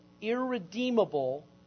irredeemable